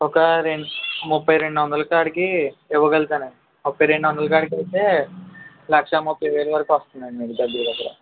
ఒక రెండు ముప్పై రెండు వందల కాడికి ఇవ్వగలుగుతాను అండి ముప్పై రెండు వందల కాడికైతే లక్షా ముప్పైవేలు వరకు వస్తుంది అండి దగ్గర దగ్గర